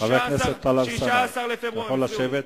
חבר הכנסת טלב אלסאנע, אתה יכול לשבת?